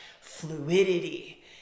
fluidity